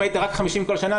אם היית רק 50 כל שנה,